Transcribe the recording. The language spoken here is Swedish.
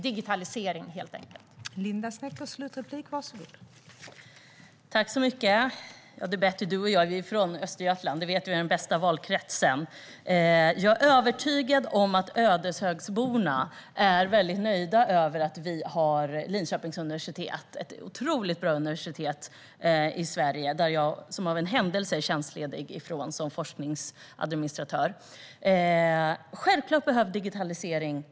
Det är helt enkelt fråga om digitalisering.